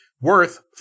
worth